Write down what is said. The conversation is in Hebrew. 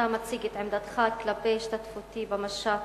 מציג את עמדתך כלפי השתתפותי במשט,